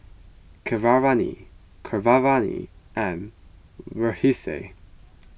Keeravani Keeravani and Verghese